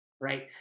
Right